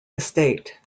estate